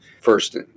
first